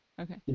Okay